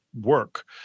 work